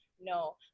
No